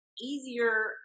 easier